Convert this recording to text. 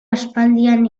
aspaldian